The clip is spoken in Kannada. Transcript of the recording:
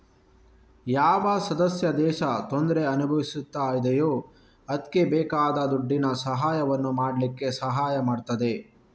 ಯಾವ ಸದಸ್ಯ ದೇಶ ತೊಂದ್ರೆ ಅನುಭವಿಸ್ತಾ ಇದೆಯೋ ಅದ್ಕೆ ಬೇಕಾದ ದುಡ್ಡಿನ ಸಹಾಯವನ್ನು ಮಾಡ್ಲಿಕ್ಕೆ ಸಹಾಯ ಮಾಡ್ತದೆ